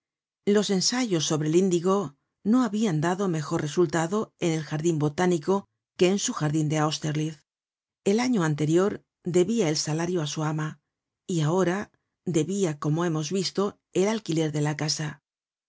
los ensayos sobre el índigo no habian dado mejor resultado en el jardin botánico que en su jardin de austerlitz el año anterior debia el salario á su ama y ahora debia como hemos visto el alquiler de la casa